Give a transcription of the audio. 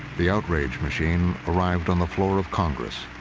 the outrage machine arrived on the floor of congress.